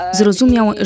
zrozumiał